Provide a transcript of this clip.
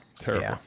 Terrible